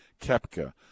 Kepka